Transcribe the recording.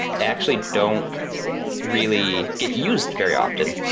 they actually don't really get used very often,